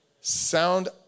Sound